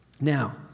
Now